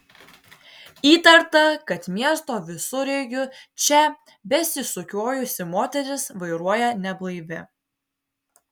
įtarta kad miesto visureigiu čia besisukiojusi moteris vairuoja neblaivi